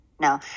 No